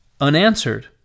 unanswered